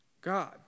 God